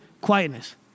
quietness